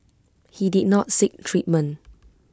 he did not seek treatment